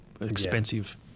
expensive